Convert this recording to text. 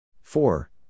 four